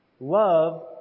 Love